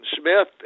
Smith